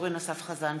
אורן אסף חזן,